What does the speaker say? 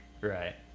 right